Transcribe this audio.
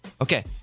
Okay